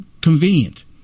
convenient